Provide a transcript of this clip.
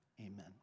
amen